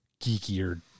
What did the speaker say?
geekier